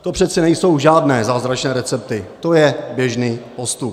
To přece nejsou žádné zázračné recepty, to je běžný postup.